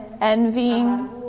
envying